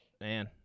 Man